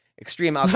extreme